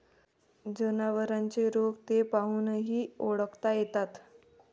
जनावरांचे रोग ते पाहूनही ओळखता येतात